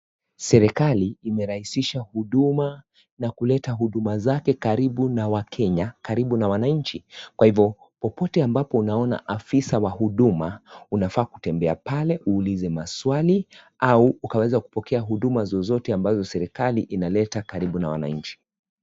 Serekali imeraisisha huduma na kuleta hudumazake karibu na wakenya, karibu na wanainchi. Kwa hivo, pote ambapo unaona afisa wa huduma, unafaa kutembea pale, uulize maswali, au ukaweza kupokea huduma zozote ambazo serekali inaleta karibu na wanainchi.